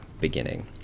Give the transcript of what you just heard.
beginning